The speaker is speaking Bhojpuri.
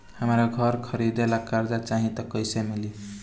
हमरा घर खरीदे ला कर्जा चाही त कैसे मिली?